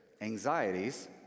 anxieties